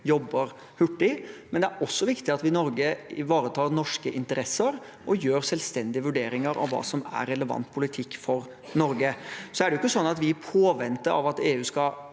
jobber hurtig, men det er også viktig at vi i Norge ivaretar norske interesser og gjør selvstendige vurderinger av hva som er relevant politikk for Norge. Så er det ikke sånn at vi i påvente av at EU skal